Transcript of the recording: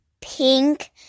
pink